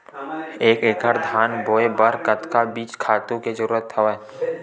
एक एकड़ धान बोय बर कतका बीज खातु के जरूरत हवय?